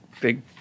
big